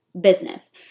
business